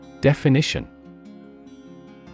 Definition